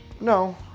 no